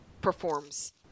performs